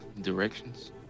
directions